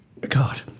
God